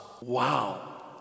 Wow